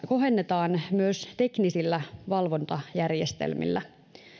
kohennetaan myös teknisillä valvontajärjestelmillä